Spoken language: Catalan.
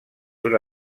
una